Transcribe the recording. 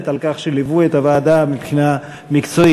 על כך שליוו את הוועדה מבחינה מקצועית.